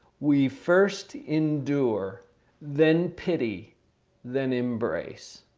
we first endure then pity then embrace.